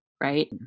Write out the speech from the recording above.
Right